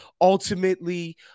ultimately